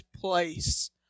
place